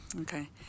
Okay